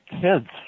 kids